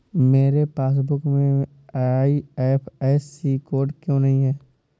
मेरे पासबुक में IFSC code क्यो नहीं है?